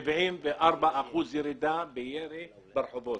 74 אחוזים ירידה בירי ברחובות.